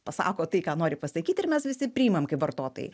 pasako tai ką nori pasakyti ir mes visi priimam kaip vartotojai